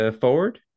forward